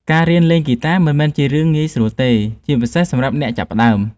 ការរៀនលេងហ្គីតាមិនមែនជារឿងងាយស្រួលទេ ជាពិសេសសម្រាប់អ្នកចាប់ផ្តើម។